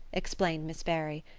explained miss barry.